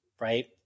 right